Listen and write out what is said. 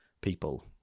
people